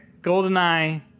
Goldeneye